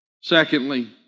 Secondly